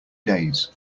days